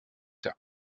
tard